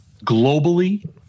globally